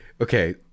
okay